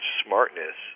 smartness